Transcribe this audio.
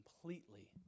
completely